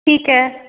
ਠੀਕ ਹੈ